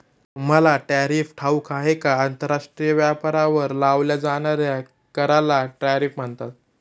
तुम्हाला टॅरिफ ठाऊक आहे का? आंतरराष्ट्रीय व्यापारावर लावल्या जाणाऱ्या कराला टॅरिफ म्हणतात